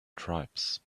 tribes